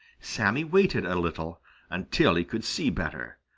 sammy waited a little until he could see better.